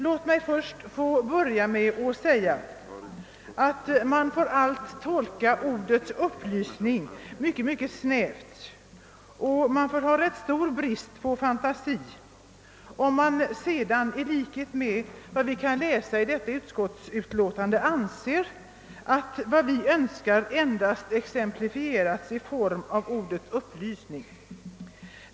Låt mig få börja med att säga, att man får tolka ordet upplysning mycket snävt och att man får ha rätt stor brist på fantasi om man sedan i likhet med vad vi kan läsa i detta utskottsutlåtande anser att vad vi önskar endast exemplifierats i form av ordet upplysning.